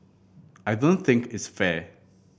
I don't think it's fair